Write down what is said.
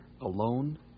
alone